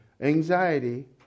anxiety